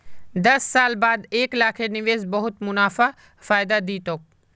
दस साल बाद एक लाखेर निवेश बहुत गुना फायदा दी तोक